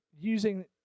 using